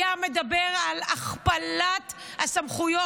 הוא היה מדבר על הכפלת הסמכויות.